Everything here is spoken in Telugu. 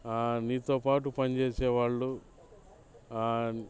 నీతోపాటు పనిచేసే వాళ్ళు